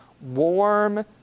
warm